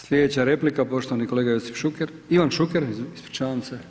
Slijedeća replika poštovani kolega Josip Šuker, Ivan Šuker, ispričavam se.